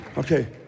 Okay